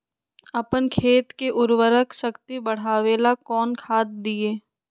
अपन खेत के उर्वरक शक्ति बढावेला कौन खाद दीये?